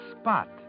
spot